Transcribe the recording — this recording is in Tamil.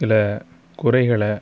சில குறைகளை